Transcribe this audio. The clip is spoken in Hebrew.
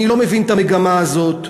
אני לא מבין את המגמה הזאת.